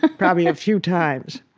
ah probably a few times.